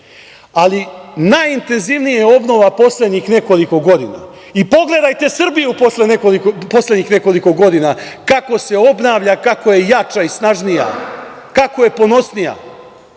zarađene. Najintenzivnija obnova je poslednjih nekoliko godina i pogledajte Srbiju poslednjih nekoliko godina kako se obnavlja, kako je jača i snažnija, kako je ponosnija.